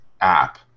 app